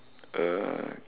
uh